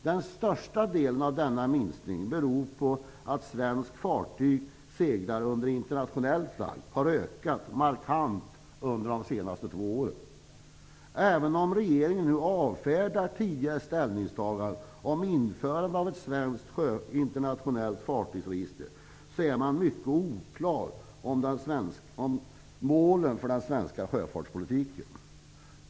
Denna minskning beror till största delen på att antalet svenska fartyg som seglar under internationellt flagg markant har ökat under de senaste två åren. Även om regeringen nu avfärdar tidigare ställningstaganden om införande av ett svenskt internationellt fartygsregister är man mycket oklar om målen för den svenska sjöfartspolitiken.